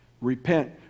repent